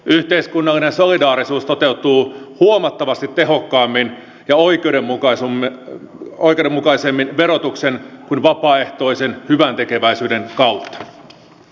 yhteiskunnallinen solidaarisuus toteutuu huomattavasti tehokkaammin ja oikeudenmukaisemmin verotuksen kuin vapaaehtoisen hyväntekeväisyyden kautta